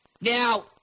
now